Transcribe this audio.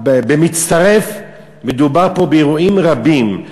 במצטרף, מדובר פה באירועים רבים.